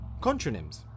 Contronyms